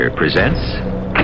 presents